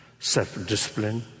self-discipline